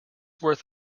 worth